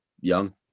young